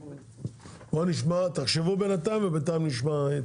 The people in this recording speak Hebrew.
תחשבו בינתיים ונשמע את